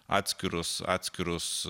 atskirus atskirus